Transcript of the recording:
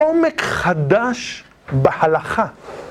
עומק חדש בחלכה.